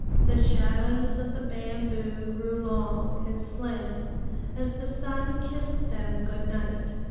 the shadows of the bamboo grew long and slim as the sun kissed them good night.